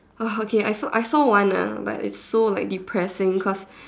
oh okay I saw I saw one ah but it's so like depressing cause